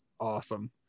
awesome